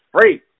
free